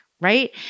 right